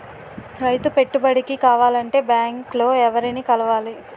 రైతు పెట్టుబడికి కావాలంటే బ్యాంక్ లో ఎవరిని కలవాలి?